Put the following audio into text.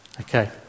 Okay